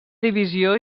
divisió